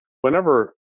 Whenever